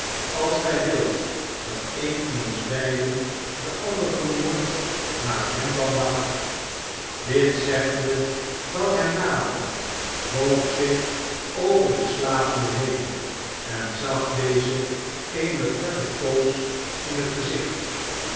als gij wilt dat een van ons beiden den ander vermoordt maak hem dan wakker dit zeggende trad hij nader boog zich over den slapende heen en zag dezen eene korte poos in het gezicht